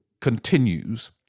continues